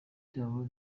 cyabo